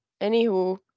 Anywho